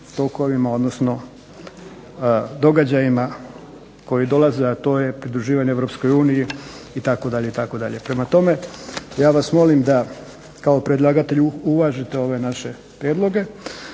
tokovima odnosno događajima koji dolaze, a to je pridruživanje Europskoj uniji itd., itd. Prema tome, ja vas molim da kao predlagatelj uvažite ove naše prijedloge